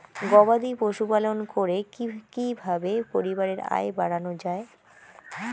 গবাদি পশু পালন করে কি কিভাবে পরিবারের আয় বাড়ানো যায়?